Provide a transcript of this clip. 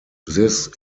this